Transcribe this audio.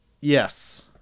Yes